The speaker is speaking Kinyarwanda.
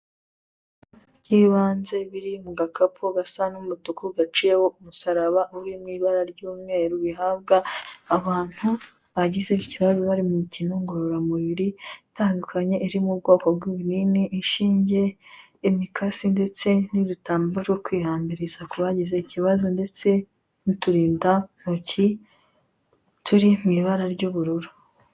By'ibanze biri mu gakapu gasa n'umutuku gaciyeho umusaraba uri mu ibara ry'umweru bihabwa abantu bagize ikibazo bari mu mikino ngororamubiri itandukanye iri mu bwoko bw'ibinini, inshinge, imikasi ndetse n'ibitambaro byo kwihambiriza kubagize ikibazo ndetse n'uturindantoki turi mu ibara ry'ubururu.